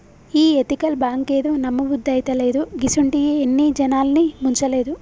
ఈ ఎతికల్ బాంకేందో, నమ్మబుద్దైతలేదు, గిసుంటియి ఎన్ని జనాల్ని ముంచలేదు